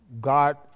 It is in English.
God